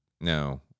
No